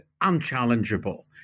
unchallengeable